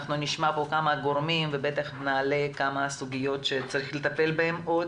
אנחנו נשמע פה כמה גורמים ובטח נעלה כאן כמה סוגיות שצריך לטפל בהן עוד.